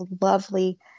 lovely